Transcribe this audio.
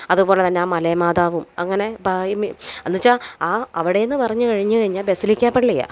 അതുപോലെ തന്നെ ആ മലയമാതാവും അങ്ങനെ പായ്മെ എന്ന് വെച്ച ആ അവിടുന്ന് പറഞ്ഞ് കഴിഞ്ഞു കഴിഞ്ഞാൽ ബെസ്സിലിക്കാപള്ളിയാണ്